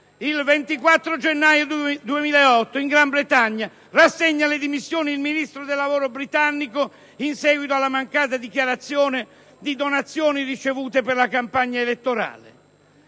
Il 24 gennaio 2008 in Gran Bretagna rassegna le dimissioni il Ministro del lavoro, in seguito alla mancata dichiarazione di donazioni ricevute per la campagna elettorale.